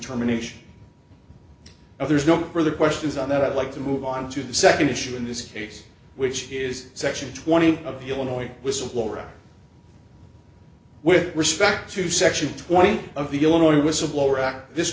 terminations of there's no further questions on that i'd like to move on to the second issue in this case which is section twenty of illinois whistleblower with respect to section twenty of the illinois whistleblower act this